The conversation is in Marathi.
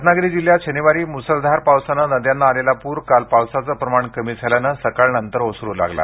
रत्नागिरी जिल्ह्यात शनिवारी मुसळधार पावसानं नद्यांना आलेला पूर काल पावसाचं प्रमाण कमी झाल्यानं सकाळी साडेनऊनंतर ओसरू लागला